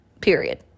period